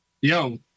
Yo